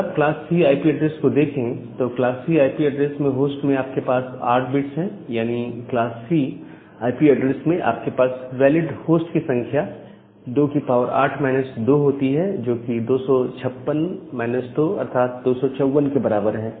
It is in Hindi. अगर आप क्लास C आईपी एड्रेस को देखें तो क्लास C आईपी एड्रेस में होस्ट में आपके पास 8 बिट्स है यानी क्लास C आईपी एड्रेस में आपके पास वैलिड होस्ट की संख्या 28 2 होती है जोकि 256 2 अर्थात 254 के बराबर है